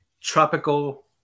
tropical